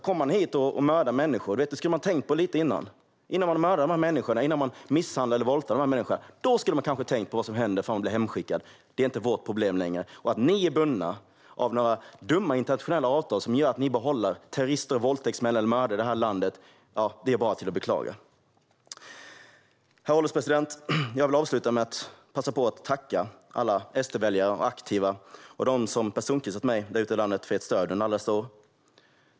Kommer man hit för att mörda, misshandla eller våldta människor skulle man kanske ha tänkt på vad som händer om man blir hemskickad. Det är inte vårt problem längre. Att ni är bundna av några dumma internationella avtal som gör att ni behåller terrorister, våldtäktsmän och mördare i det här landet är bara att beklaga. Herr ålderspresident! Jag vill avsluta med att passa på att tacka alla SD-väljare och aktiva och dem där ute i landet som har personkryssat mig för ert stöd under alla dessa år.